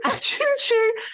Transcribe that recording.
choo-choo